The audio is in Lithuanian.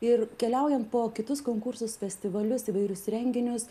ir keliaujant po kitus konkursus festivalius įvairius renginius